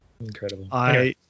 Incredible